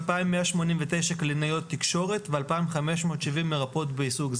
2189 קלינאיות תקשורת ו 2570 מרפאות בעיסוק.